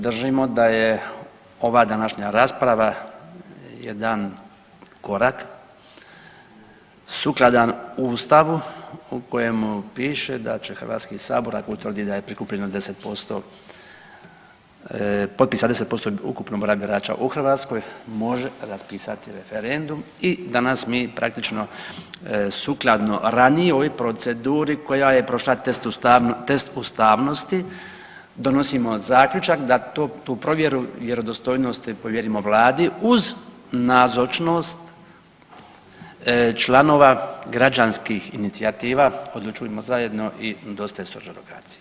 Držimo da je ova današnja rasprava jedan korak sukladan Ustavu u kojemu piše da će HS ako utvrdi da je prikupljeno 10% potpisa 10% ukupnog broja birača u Hrvatskoj može raspisati referendum i danas mi praktično sukladno ranijoj proceduri koja je prošla test ustavnosti, donosimo zaključak da tu provjeru vjerodostojnosti povjerimo Vladi uz nazočnost članova građanskih inicijativa Odlučujmo zajedno i Dosta je stožerokracije.